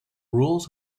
rules